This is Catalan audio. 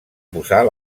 posar